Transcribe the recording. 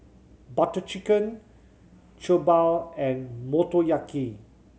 Butter Chicken Jokbal and Motoyaki